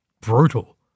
Brutal